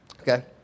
okay